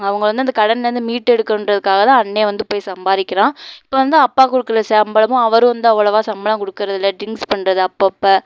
அவங்க வந்து அந்த கடன்லேருந்து மீட்டெடுக்கணுன்றதுக்காக தான் அண்ண வந்து போய் சம்பாதிக்கிறான் இப்போ வந்து அப்பா கொடுக்குற சம்பளமும் அவரும் வந்து அவ்வளவாக சம்பளம் கொடுக்குறதில்ல ட்ரிங்க்ஸ் பண்ணுறது அப்பப்போ